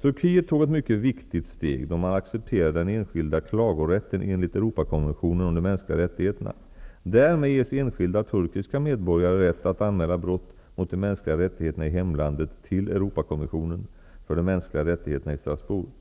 Turkiet tog ett mycket viktigt steg då man accepterade den enskilda klagorätten enligt Europakonventionen om de mänskliga rättigheterna. Därmed ges enskilda turkiska medborgare rätt att anmäla brott mot de mänskliga rättigheterna i hemlandet till Europakommissionen för de mänskliga rättigheterna i Strasbourg.